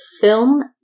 film